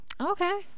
okay